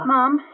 Mom